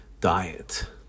diet